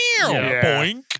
Boink